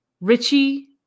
Richie